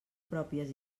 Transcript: pròpies